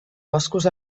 boscos